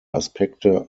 aspekte